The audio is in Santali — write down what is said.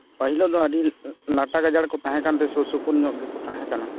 ᱯᱟᱹᱦᱤᱞ ᱟᱫᱚ ᱟᱹᱰᱤ ᱞᱟᱴᱟ ᱜᱟᱡᱟᱲ ᱨᱮᱠᱚ ᱛᱟᱦᱮᱸᱠᱟᱱᱛᱮ ᱥᱩᱨᱥᱩᱯᱩᱨᱧᱚᱜ ᱜᱮᱠᱚ ᱛᱟᱦᱮᱸᱠᱟᱱᱟ